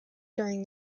during